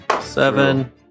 Seven